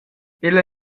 ella